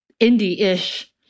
indie-ish